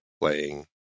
playing